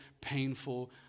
painful